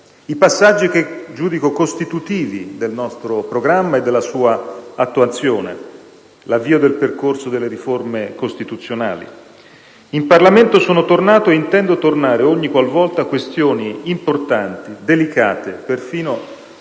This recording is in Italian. i passaggi che giudico costitutivi del nostro programma e della sua attuazione, l'avvio del percorso delle riforme costituzionali. In Parlamento sono tornato e intendo tornare ogniqualvolta questioni importanti, delicate, perfino